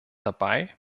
dabei